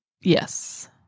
Yes